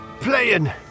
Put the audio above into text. playing